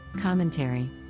Commentary